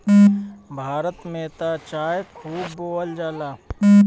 भारत में त चाय खूब बोअल जाला